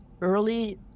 early